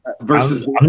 versus